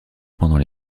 pendant